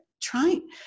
trying